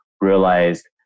realized